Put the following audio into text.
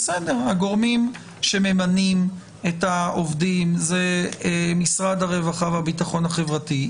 הגורם שממנה את העובדים זה משרד הרווחה והביטחון החברתי.